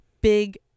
big